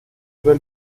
val